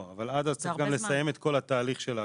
אבל עד אז צריך גם לסיים את כל התהליך של ההכרות.